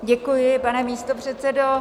Děkuji, pane místopředsedo.